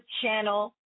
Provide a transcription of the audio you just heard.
channel